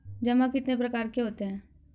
जमा कितने प्रकार के होते हैं?